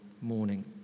morning